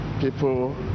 people